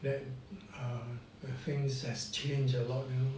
that err things has change a lot you know